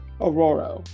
Aurora